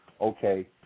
okay